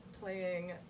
playing